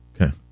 Okay